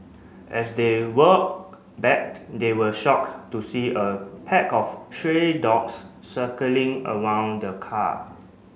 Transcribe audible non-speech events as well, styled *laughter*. as they walk back they were shock to see a pack of *unintelligible* dogs circling around the car